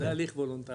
זה הליך וולונטרי,